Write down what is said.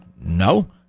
no